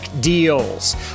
deals